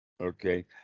okay